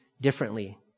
differently